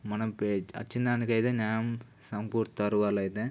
మనం వచ్చిందానికైతే న్యాయం సమకూరుస్తారు వాళ్ళయితే